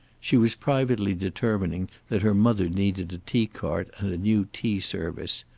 she was privately determining that her mother needed a tea cart and a new tea service.